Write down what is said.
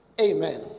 Amen